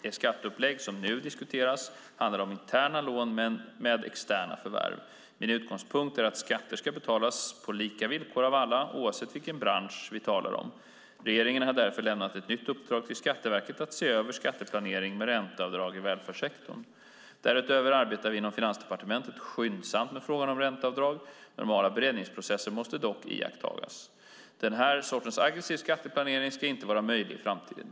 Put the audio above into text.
Det skatteupplägg som nu diskuteras handlar om interna lån men med externa förvärv. Min utgångspunkt är att skatter ska betalas på lika villkor av alla, oavsett vilken bransch vi talar om. Regeringen har därför lämnat ett nytt uppdrag till Skatteverket att se över skatteplanering med ränteavdrag i välfärdssektorn. Därutöver arbetar vi inom Finansdepartementet skyndsamt med frågan om ränteavdrag. Normala beredningsprocesser måste dock iakttas. Den här sortens aggressiva skatteplanering ska inte vara möjlig i framtiden.